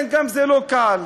גם לכן זה לא קל.